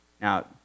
Now